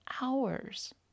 hours